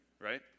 right